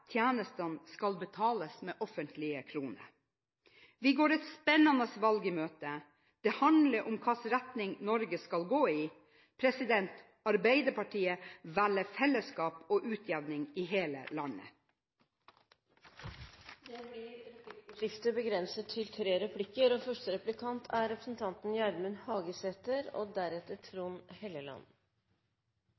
tjenestene skal betales med offentlige kroner. Vi går et spennende valg i møte. Det handler om hvilken retning Norge skal gå i. Arbeiderpartiet velger fellesskap og utjevning i hele landet. Det blir replikkordskifte. Eg registrerer at representanten Ingalill Olsen hevdar at regjeringspartia i statsbudsjettet prioriterer kommunane og at Samhandlingsreforma er